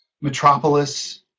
Metropolis